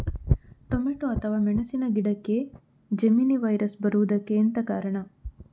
Tomato ಅಥವಾ ಮೆಣಸಿನ ಗಿಡಕ್ಕೆ ಜೆಮಿನಿ ವೈರಸ್ ಬರುವುದಕ್ಕೆ ಎಂತ ಕಾರಣ?